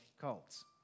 cults